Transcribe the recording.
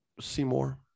Seymour